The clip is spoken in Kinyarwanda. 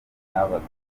n’abatware